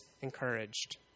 encouraged